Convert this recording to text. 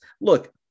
Look